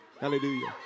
Hallelujah